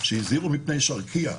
שהזהירו מפני שרקייה.